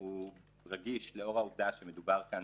הוא נושא רגיש לאור העובדה שמדובר כאן